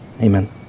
Amen